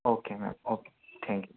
okay ma'am okay thank you